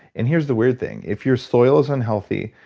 and here's the weird thing. if your soil is unhealthy,